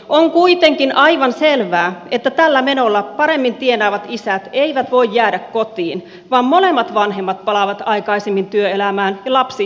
on kuitenkin aivan selvää että tällä menolla paremmin tienaavat isät eivät voi jäädä kotiin vaan molemmat vanhemmat palaavat aikaisemmin työelämään ja lapsi viedään päivähoitoon